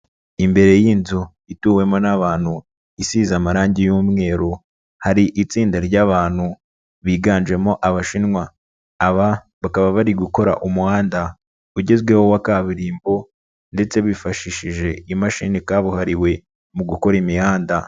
Imbere y'inzu ituwemo n'abantu isize amarangi y'umweru, hari itsinda ry'abantu biganjemo Abashinwa. Aba bakaba bari gukora umuhanda ugezweho wa kaburimbo ndetse bifashishije imashini kabuhariwe mu gukora imihanda.